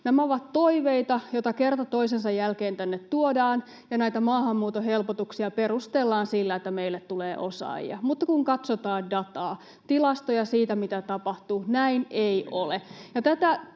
Nämä ovat toiveita, joita kerta toisensa jälkeen tänne tuodaan, ja näitä maahanmuuton helpotuksia perustellaan sillä, että meille tulee osaajia, mutta kun katsotaan dataa, tilastoja siitä, mitä tapahtuu, näin ei ole.